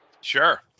Sure